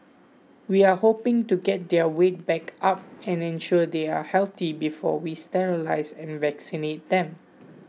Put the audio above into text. we are hoping to get their weight back up and ensure they are healthy before we sterilise and vaccinate them